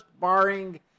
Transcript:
barring